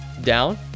down